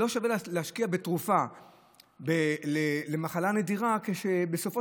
לא שווה להשקיע בתרופה למחלה נדירה כשבסופו